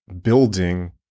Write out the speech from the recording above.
building